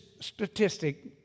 statistic